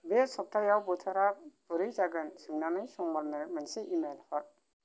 बे सब्थायाव बोथोरा बोरै जागोन सोंनानै समरनो मोनसे इमेइल हर